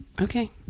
Okay